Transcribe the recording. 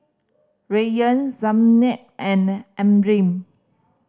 Rayyan Zaynab and Amrin